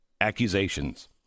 accusations